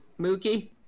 Mookie